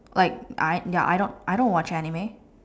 like I ya I don't I don't watch anime